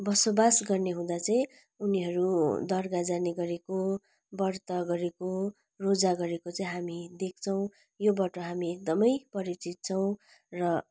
बसोबास गर्ने हुँदा चाहिँ उनीहरू दर्गा जाने गरेको व्रत गरेको रोजा गरेको चाहिँ हामी देख्छौँ योबाट हामी एकदमै परिचित छौँ र